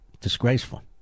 disgraceful